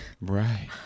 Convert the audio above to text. right